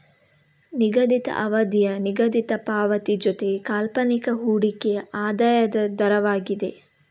ನಿಗದಿತ ಅವಧಿಯ ನಿಗದಿತ ಪಾವತಿ ಜೊತೆಗೆ ಕಾಲ್ಪನಿಕ ಹೂಡಿಕೆಯ ಆದಾಯದ ದರವಾಗಿದೆ